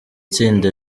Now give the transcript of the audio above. tsinda